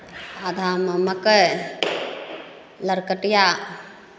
आधामे मकइ लरकटिया